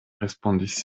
respondis